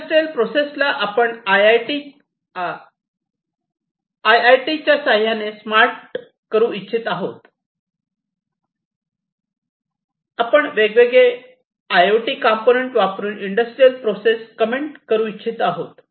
industrial process ला आपण IIT च्या साह्याने स्मार्ट करू इच्छित आहेत आपण वेगवेगळे ओटी कंपोनेंत वापरून इंडस्ट्रियल प्रोसेस कमेंट करू इच्छित आहोत